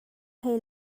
hlei